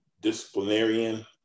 disciplinarian